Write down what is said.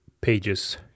pages